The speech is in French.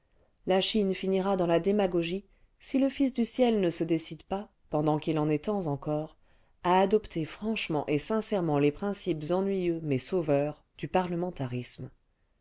la chine finira dans la démagogie si le fils du ciel ne se décide pas pendant qu'il en est temps encore à adopter franchement et sincèrement les principes ennuyeux mais sauveurs du parlementarisme